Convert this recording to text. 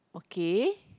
K